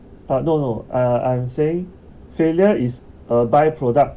ah no no uh I'm saying failure is a by product